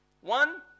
one